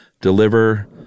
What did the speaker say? deliver